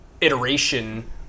iteration